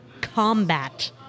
combat